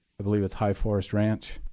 i believe it's high forest ranch,